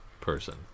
person